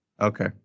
okay